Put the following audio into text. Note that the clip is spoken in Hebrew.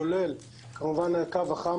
כולל כמובן הקו החם.